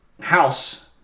house